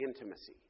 intimacy